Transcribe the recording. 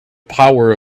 power